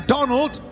Donald